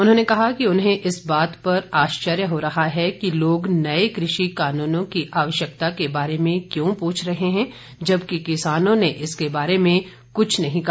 उन्होंने कहा कि उन्हें इस बात पर आश्चर्य हो रहा है कि लोग नए कृषि कानूनों की आवश्यकता के बारे में क्यों पूछ रहे हैं जबकि किसानों ने इसके बारे में कुछ नहीं कहा